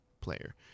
player